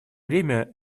время